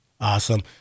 Awesome